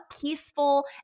peaceful